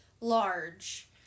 large